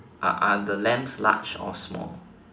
are are the lambs large or small